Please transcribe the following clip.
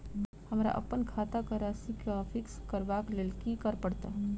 हमरा अप्पन खाता केँ राशि कऽ फिक्स करबाक लेल की करऽ पड़त?